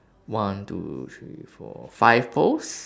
one two three four five poles